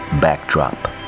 backdrop